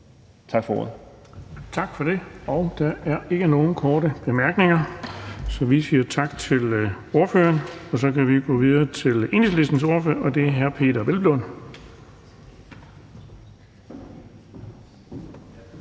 Bonnesen): Tak for det. Der er ikke nogen korte bemærkninger, så vi siger tak til ordføreren. Og så kan vi gå videre til Enhedslistens ordfører, og det er hr. Peder Hvelplund.